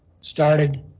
started